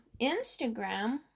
instagram